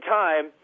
time